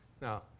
Now